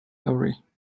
awry